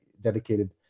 dedicated